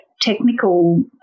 technical